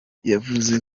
yavuze